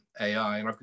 AI